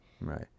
Right